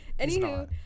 Anywho